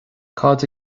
cad